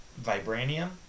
Vibranium